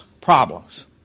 problems